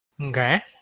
Okay